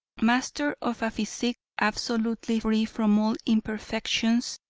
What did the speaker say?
master of a physique absolutely free from all imperfections,